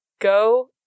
go